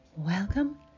Welcome